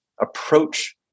approach